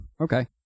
okay